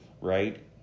right